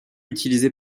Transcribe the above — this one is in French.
utilisé